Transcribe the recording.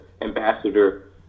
ambassador